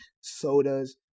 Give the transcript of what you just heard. sodas